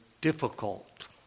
difficult